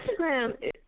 Instagram